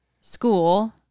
school